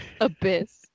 Abyss